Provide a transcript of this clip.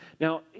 Now